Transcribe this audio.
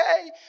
okay